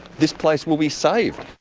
this place will be saved.